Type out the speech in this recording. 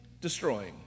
destroying